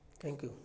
thank you